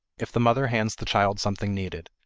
if the mother hands the child something needed,